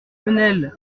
venelle